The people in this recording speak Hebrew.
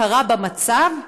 הכרה במצב,